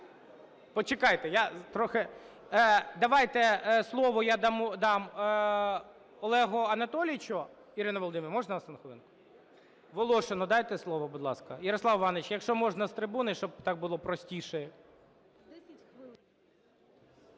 Почекайте, я трохи… Давайте слово я дам Олегу Анатолійовичу. Ірина Володимирівна, можна вас на хвилинку? Волошину дайте слово, будь ласка. Ярослав Іванович, якщо можна, з трибуни, щоб так було простіше.